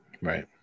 Right